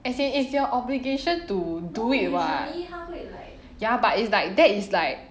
as in is your obligation to do it [what] ya but it's like that is like